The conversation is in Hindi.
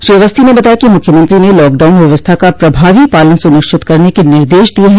श्री अवस्थी ने बताया कि मुख्यमंत्री ने लॉकडाउन व्यवस्था का प्रभावी पालन सुनिश्चित करने की निर्देश दिये हैं